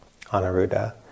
Anaruda